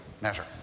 measure